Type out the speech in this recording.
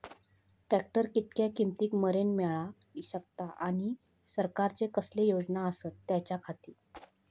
Tractor कितक्या किमती मरेन मेळाक शकता आनी सरकारचे कसले योजना आसत त्याच्याखाती?